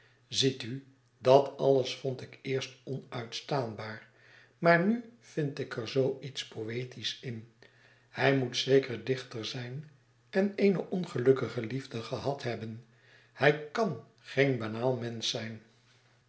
ziet u dat alles vond ik eerst onuitstaanbaar maar nu vind ik er zoo iets poëtisch in hij moet zeker dichter zijn en eene ongelukkige liefde gehad hebben hij kàn geen banaal mensch zijn